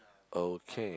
okay